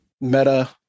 meta